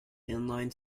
inline